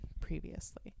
previously